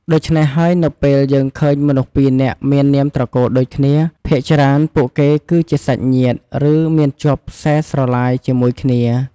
ដូច្នេះហើយ នៅពេលយើងឃើញមនុស្សពីរនាក់មាននាមត្រកូលដូចគ្នា ភាគច្រើនពួកគេគឺជាសាច់ញាតិ ឬ មានជាប់សែស្រឡាយជាមួយគ្នា។